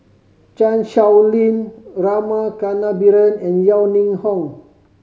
Chan Sow Lin Rama Kannabiran and Yeo Ning Hong